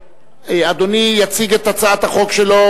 אדוני יציג את הצעת החוק שלו,